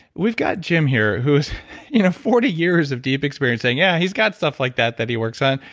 we've got jim here who has you know forty years of deep experience saying, yeah, he's got stuff like that, that he works on.